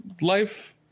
life